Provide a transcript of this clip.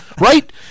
Right